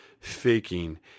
faking